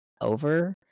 over